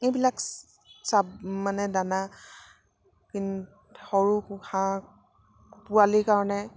এইবিলাক চাব মানে দানা কি সৰু হাঁহ পোৱালিৰ কাৰণে